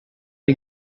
you